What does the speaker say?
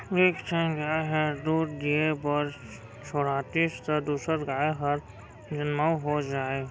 एक ठन गाय ह दूद दिये बर छोड़ातिस त दूसर गाय हर जनमउ हो जाए